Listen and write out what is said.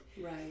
Right